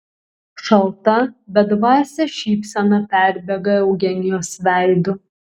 šalta bedvasė šypsena perbėga eugenijos veidu